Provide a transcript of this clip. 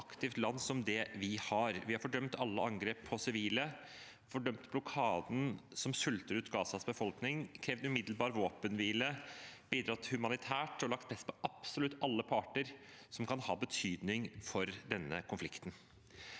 aktivt land som vi er. Vi har fordømt alle angrep på sivile, fordømt blokaden som sulter ut Gazas befolkning, krevd umiddelbar våpenhvile, bidratt humanitært og lagt press på absolutt alle parter som kan ha betydning for denne konflikten.